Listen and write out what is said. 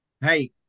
hey